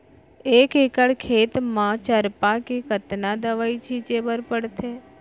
एक एकड़ खेत म चरपा के कतना दवई छिंचे बर पड़थे?